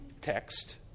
text